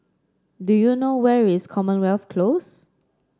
do you know where is Commonwealth Close